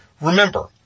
Remember